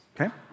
Okay